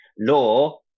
law